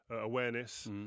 awareness